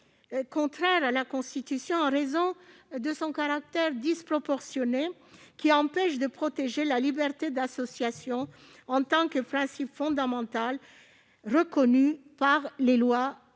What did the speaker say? contraire à la Constitution en raison de son caractère disproportionné, qui empêche de protéger la liberté d'association en tant que principe fondamental reconnu par les lois de